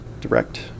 direct